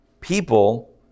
people